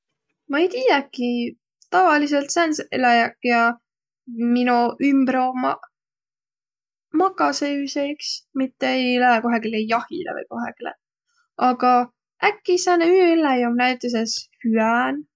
Ma ei tiäki. Tavalidsõlt sääntse eläjäq, kiä mino ümbre ommaq, makasõ üüse iks, mitte ei lääq kohegilõ jahilõ vai kohegilõ. Aga äkki sääne üüelläi om näütüses hüään?